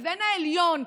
לבין העליון,